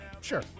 Sure